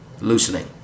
loosening